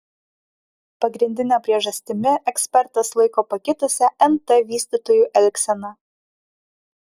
pagrindine priežastimi ekspertas laiko pakitusią nt vystytojų elgseną